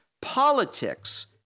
politics